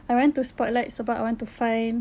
I went to spotlight sebab I want to find